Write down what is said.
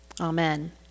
amen